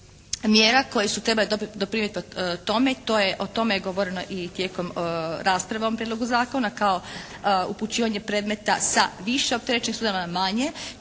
mjera koje su trebale doprinijeti tome, o tome je govoreno i tijekom rasprave o ovom prijedlogu zakona kao upućivanje predmeta sa više opterećenih sudova na manje.